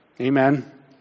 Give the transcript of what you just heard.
Amen